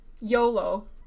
YOLO